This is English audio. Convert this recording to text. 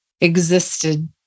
existed